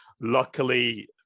luckily